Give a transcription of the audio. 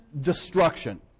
destruction